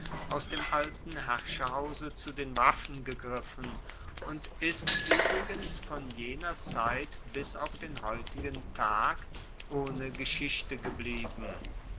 aus dem alten herrscherhause zu den waffen gegriffen und ist uebrigens von jener zeit bis auf den heutigen tag ohne geschichte geblieben